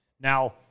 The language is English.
Now